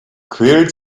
quält